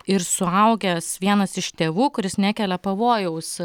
ir suaugęs vienas iš tėvų kuris nekelia pavojaus